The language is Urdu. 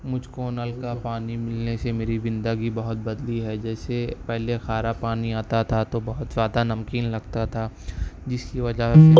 مجھ کو نل کا پانی ملنے سے میری زندگی بہت بدلی ہے جیسے پہلے کھارا پانی آتا تھا تو بہت زیادہ نمکین لگتا تھا جس کی وجہ سے